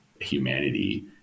humanity